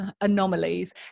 anomalies